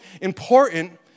important